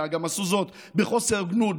אלא גם עשו זאת בחוסר הוגנות,